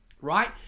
right